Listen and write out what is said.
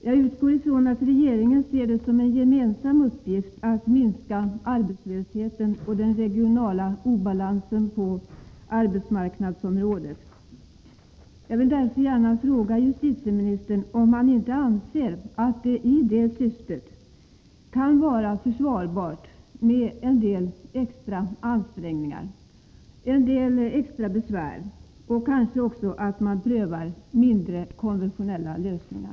Jag utgår från att regeringen ser det som en gemensam uppgift att minska arbetslösheten och den regionala obalansen på arbetsmarknadsområdet. Jag vill gärna fråga justitieministern om han inte anser att det i detta syfte kan vara försvarbart med extra ansträngningar och besvär. Man kanske kunde även pröva mindre konventionella lösningar.